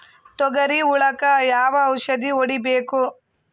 ತೊಗರಿ ಹುಳಕ ಯಾವ ಔಷಧಿ ಹೋಡಿಬೇಕು?